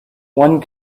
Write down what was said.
one